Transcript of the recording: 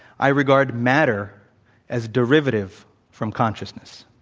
i regard matter as derivative from consciousness.